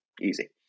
Easy